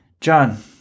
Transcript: John